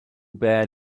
bad